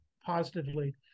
positively